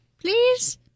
Please